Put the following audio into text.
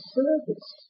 service